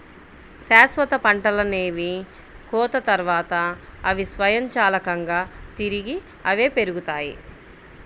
శాశ్వత పంటలనేవి కోత తర్వాత, అవి స్వయంచాలకంగా తిరిగి అవే పెరుగుతాయి